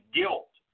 guilt